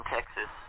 Texas